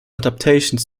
adaptations